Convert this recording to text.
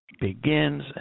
begins